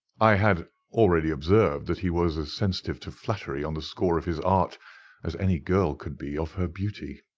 i had already observed that he was as sensitive to flattery on the score of his art as any girl could be of her beauty.